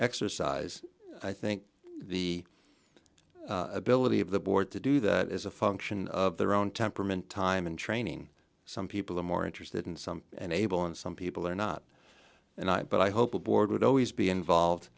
exercise i think the ability of the board to do that is a function of their own temperament time and training some people are more interested in some and able and some people are not and i but i hope a board would always be involved